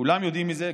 כולם יודעים מזה,